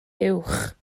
uwch